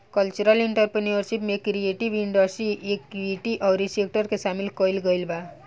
cultural entrepreneurship में creative industry activity अउरी sector के सामिल कईल गईल बा